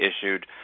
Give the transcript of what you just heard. issued